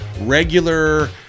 regular